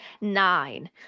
nine